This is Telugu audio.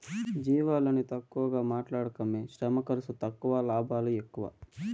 జీవాలని తక్కువగా మాట్లాడకమ్మీ శ్రమ ఖర్సు తక్కువ లాభాలు ఎక్కువ